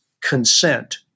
consent